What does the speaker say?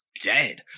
dead